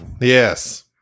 Yes